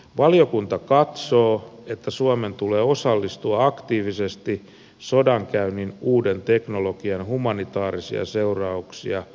valiokunta katsoo että suomen tulee osallistua aktiivisesti sodankäynnin uuden teknologian humanitaarisia seurauksia koskevaan keskusteluun